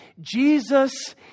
Jesus